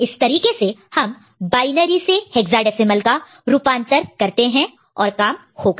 इस तरीके से हम बायनरी से हेक्साडेसिमल का रूपांतर कन्वर्शन conversion करते है और काम हो गया